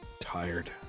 Tired